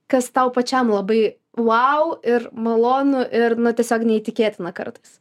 kas tau pačiam labai vau ir malonu ir na tiesiog neįtikėtina kartais